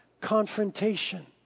confrontation